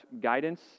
guidance